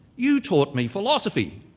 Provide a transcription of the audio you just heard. you taught me philosophy.